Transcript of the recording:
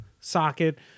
socket